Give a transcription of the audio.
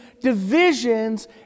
divisions